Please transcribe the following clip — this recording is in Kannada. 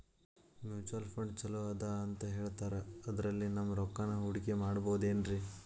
ಮ್ಯೂಚುಯಲ್ ಫಂಡ್ ಛಲೋ ಅದಾ ಅಂತಾ ಹೇಳ್ತಾರ ಅದ್ರಲ್ಲಿ ನಮ್ ರೊಕ್ಕನಾ ಹೂಡಕಿ ಮಾಡಬೋದೇನ್ರಿ?